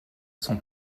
son